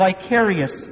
vicarious